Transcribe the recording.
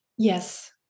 Yes